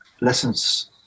lessons